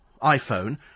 iPhone